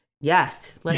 Yes